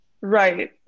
Right